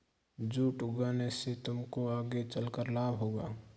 jute उगाने से तुमको आगे चलकर लाभ होगा